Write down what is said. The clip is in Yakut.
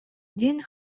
диэн